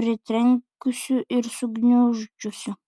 pritrenkusiu ir sugniuždžiusiu